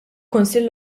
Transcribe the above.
kunsill